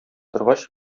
торгач